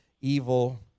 evil